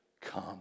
Come